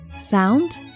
Sound